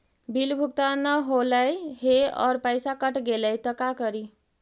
Bill भुगतान न हौले हे और पैसा कट गेलै त का करि?